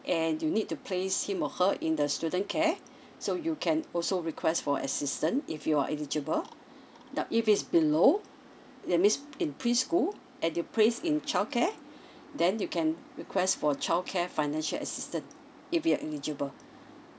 and you need to place him or her in the student care so you can also request for assistance if you are eligible now if it's below that means in preschool and you place in childcare then you can request for childcare financial assistance if you're eligible